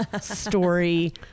story